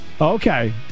Okay